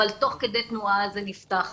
אבל תוך כדי תנועה זה נפתח.